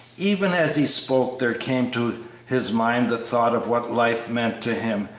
even as he spoke there came to his mind the thought of what life meant to him,